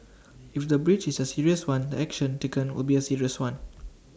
if the breach is A serious one the action taken will be A serious one